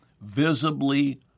visibly